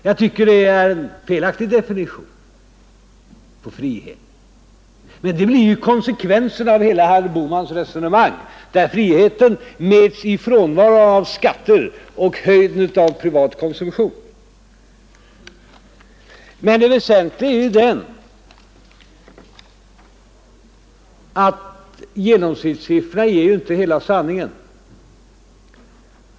Jag tycker att det är en felaktig definition på frihet, men den blir konsekvensen av herr Bohmans hela resonemang, där friheten mäts i frånvaro av skatter och höjden av privat konsumtion. Men det väsentliga är ju att genomsnittssiffror inte ger hela sanningen.